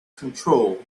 control